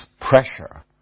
pressure